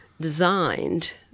designed